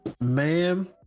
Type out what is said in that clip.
Ma'am